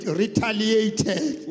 retaliated